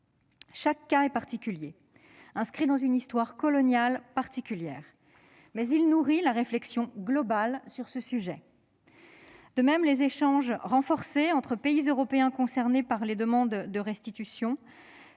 Chaque cas est particulier et s'inscrit dans une histoire coloniale particulière, mais il nourrit une réflexion globale. De même, les échanges renforcés entre les pays européens concernés par des demandes de restitution